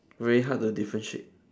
very hard to differentiate